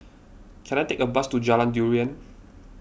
can I take a bus to Jalan Durian